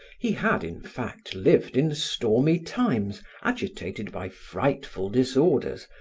he had, in fact, lived in stormy times, agitated by frightful disorders,